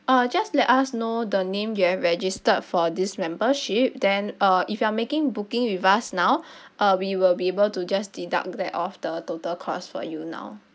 uh just let us know the name you have registered for this membership then uh if you are making booking with us now uh we will be able to just deduct that off the total cost for you now